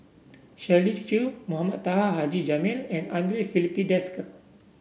Shirley Chew Mohamed Taha Haji Jamil and Andre Filipe Desker